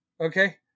okay